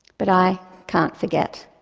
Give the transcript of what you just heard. but i can't forget.